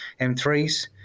M3s